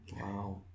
Wow